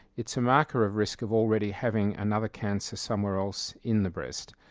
it's a marker of risk of already having another cancer somewhere else in the breast.